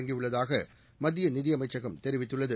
தொடங்கியுள்ளதாக மத்திய நிதியமைச்சகம் தெரிவித்துள்ளது